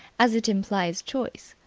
as it implies choice,